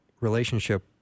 relationship